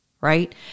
right